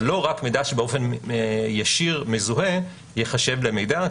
אבל לא רק מידע שבאופן ישיר מזוהה ייחשב למידע,